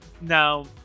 Now